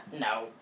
No